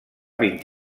vint